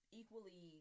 equally